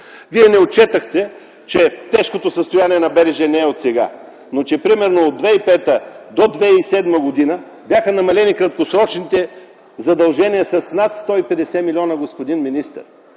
Вие не отчетохте, че тежкото състояние на БДЖ не е отсега, а примерно че от 2005 до 2007 г. бяха намалени краткосрочните задължения с над 150 милиона, господин министър!